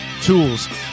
tools